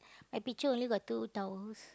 my picture only got two towels